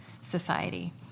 society